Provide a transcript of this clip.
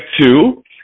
two